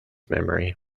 memory